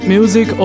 Music